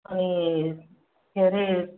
अनि के अरे